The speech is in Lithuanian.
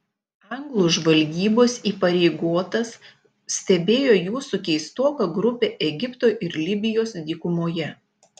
anglų žvalgybos įpareigotas stebėjo jūsų keistoką grupę egipto ir libijos dykumoje